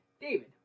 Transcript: David